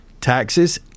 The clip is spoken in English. taxes